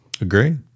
Agree